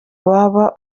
waba